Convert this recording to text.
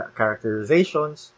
characterizations